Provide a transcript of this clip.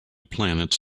planets